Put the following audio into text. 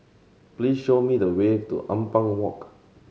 please show me the way to Ampang Walk